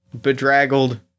Bedraggled